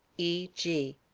e. g.